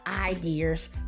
ideas